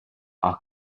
are